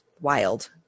wild